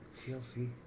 TLC